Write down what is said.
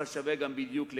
אבל שווה גם בדיוק לקנאה.